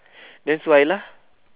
that's why lah